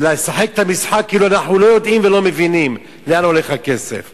ולשחק את המשחק כאילו אנחנו לא יודעים ולא מבינים לאן הכסף הולך,